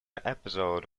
episode